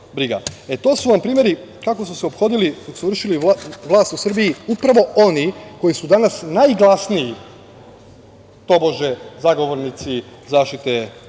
to su vam primeri kako su se ophodili dok su vršili vlast u Srbiji upravo oni koji su danas naglasniji, tobože, zagovornici zaštite životne